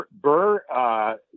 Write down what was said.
Burr